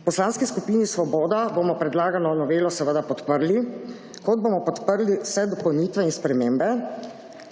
V Poslanski skupini Svoboda bomo predlagano novelo seveda podprli, kot bomo podprli vse dopolnitve in spremembe,